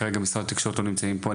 כרגע משרד התקשורת לא נמצאים פה.